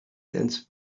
dense